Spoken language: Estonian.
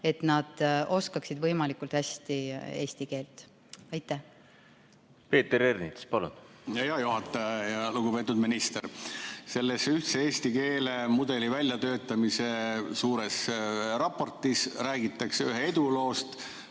tulevad, oskaksid võimalikult hästi eesti keelt. Peeter Ernits, palun! Hea juhataja ja lugupeetud minister! Selles ühtse Eesti kooli mudeli väljatöötamise suures raportis räägitakse ühest eduloost,